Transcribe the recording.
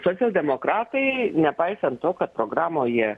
socialdemokratai nepaisant to kad programoje